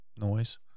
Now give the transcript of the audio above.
Noise